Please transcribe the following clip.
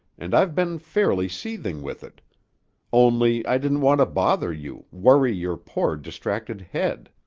and i've been fairly seething with it only i didn't want to bother you, worry your poor, distracted head.